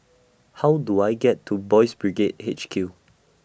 How Do I get to Boys' Brigade H Q